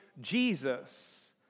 Jesus